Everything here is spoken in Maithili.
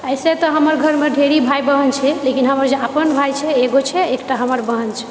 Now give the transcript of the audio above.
ऐसे तऽ हमर घरमे ढेरी भाइ बहन छै लेकिन हमर जे अपन भाइ छै एगो छै एकटा हमर बहन छै